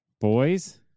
Boys